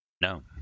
No